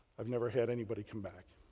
i've never had anybody come back.